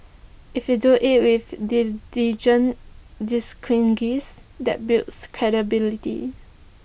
if you do IT with dignity that builds credibility